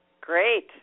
Great